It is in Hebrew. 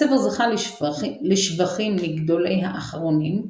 הספר זכה לשבחים מגדולי האחרונים,